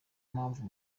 mpamvu